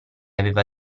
aveva